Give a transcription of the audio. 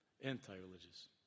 anti-religious